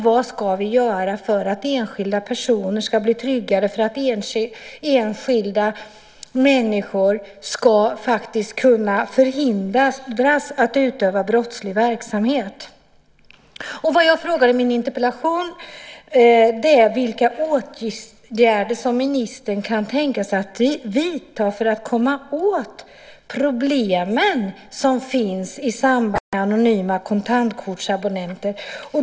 Vad ska vi göra för att enskilda personer ska bli tryggare och för att enskilda människor ska förhindras att utöva brottslig verksamhet? Jag frågade i min interpellation vilka åtgärder som ministern kan tänka sig att vidta för att komma åt de problem som finns i samband med anonyma kontantkortsabonnenter.